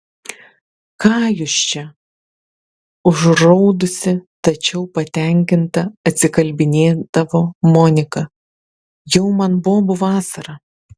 ką jūs čia užraudusi tačiau patenkinta atsikalbinėdavo monika jau man bobų vasara